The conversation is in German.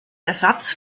ersatz